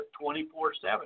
24-7